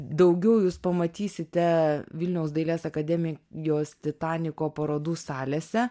daugiau jūs pamatysite vilniaus dailės akademijos titaniko parodų salėse